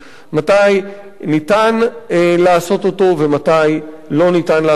מתי ניתן לעשות אותו ומתי לא ניתן לעשות אותו,